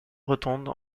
rotonde